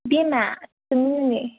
ꯏꯕꯦꯝꯃ ꯇꯨꯃꯤꯟꯅꯅꯦ